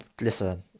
listen